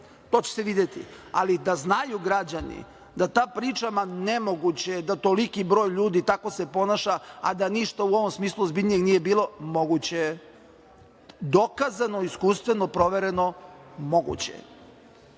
To će se videti, ali da znaju građani da ta priča – nemoguće je da toliki broj ljudi tako se ponaša, a da ništa u ovom smislu ozbiljnijeg nije bilo moguće. Dokazano iskustveno, provereno, moguće